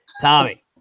Tommy